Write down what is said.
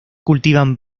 cultivan